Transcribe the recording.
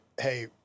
hey